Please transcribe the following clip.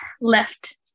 left